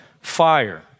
fire